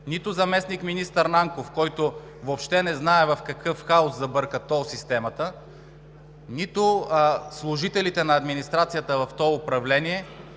нито заместник-министър Нанков, който въобще не знае в какъв хаос забърка тол системата, нито на служителите от администрацията в тол управлението